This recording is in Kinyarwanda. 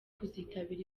kuzitabira